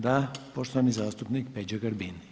Da, poštovani zastupnik Peđa Grbin.